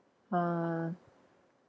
uh